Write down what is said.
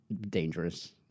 dangerous